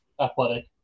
athletic